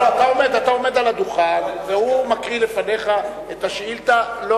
אתה עומד על הדוכן והוא מקריא לפניך את השאילתא.